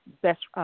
best –